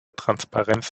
transparenz